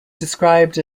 described